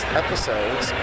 episodes